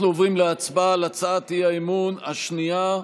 אנחנו עוברים להצבעה על הצעת האי-אמון השנייה,